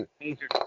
Major